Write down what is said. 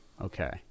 Okay